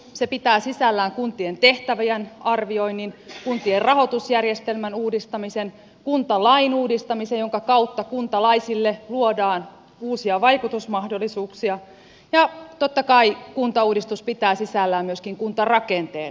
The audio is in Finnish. se pitää sisällään kuntien tehtävien arvioinnin kuntien rahoitusjärjestelmän uudistamisen kuntalain uudistamisen jonka kautta kuntalaisille luodaan uusia vaikutusmahdollisuuksia ja totta kai kuntauudistus pitää sisällään myöskin kuntarakenteen uudistamisen